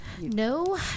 No